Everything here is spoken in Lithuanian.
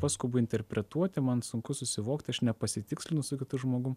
paskubu interpretuoti man sunku susivokti aš nepasitikslinu su kitu žmogum